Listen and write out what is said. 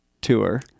tour